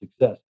success